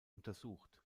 untersucht